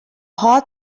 hot